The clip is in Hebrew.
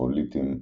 הצרחוליתים –